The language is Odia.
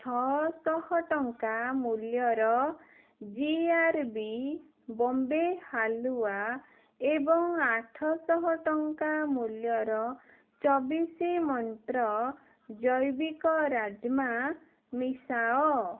ଛଅଶହ ଟଙ୍କା ମୂଲ୍ୟର ଜି ଆର ବି ବମ୍ବେ ହାଲୁଆ ଏବଂ ଆଠଶହ ଟଙ୍କା ମୂଲ୍ୟର ଚବିଶି ମନ୍ତ୍ର ଜୈବିକ ରାଜ୍ମା ମିଶାଅ